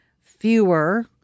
fewer